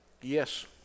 Yes